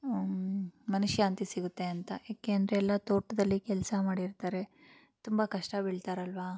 ಮನಃಶಾಂತಿ ಸಿಗುತ್ತೆ ಅಂತ ಏಕೆ ಅಂದರೆ ಎಲ್ಲ ತೋಟದಲ್ಲಿ ಕೆಲಸ ಮಾಡಿರ್ತಾರೆ ತುಂಬ ಕಷ್ಟ ಬೀಳ್ತಾರಲ್ಲವಾ